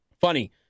Funny